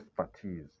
expertise